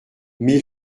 mais